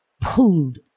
pulled